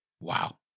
Wow